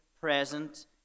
present